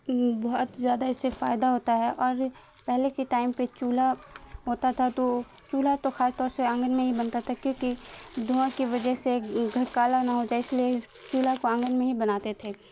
بہت زیادہ اس سے فائدہ ہوتا ہے اور پہلے کے ٹائم پہ چولہا ہوتا تھا تو چولہا تو خاص طور سے آنگن میں ہی بنتا تھا کیونکہ دھواں کی وجہ سے گھرکالا نہ ہو جائے اس لیے چولہا کو آنگن میں ہی بناتے تھے